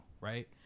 right